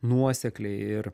nuosekliai ir